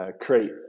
create